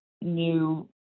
new